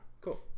cool